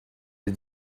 des